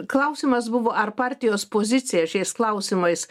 klausimas buvo ar partijos pozicija šiais klausimais